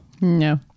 No